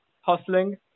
hustling